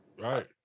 right